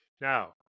Now